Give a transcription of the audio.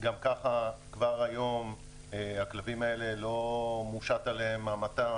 גם ככה כבר היום על הכלבים האלה לא מושתת המתה,